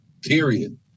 period